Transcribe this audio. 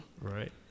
Right